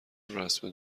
رسم